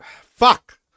Fuck